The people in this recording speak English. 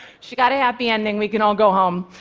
she got a happy ending, we can all go home.